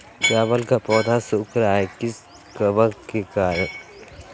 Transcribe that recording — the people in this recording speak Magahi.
चावल का पौधा सुख रहा है किस कबक के करण?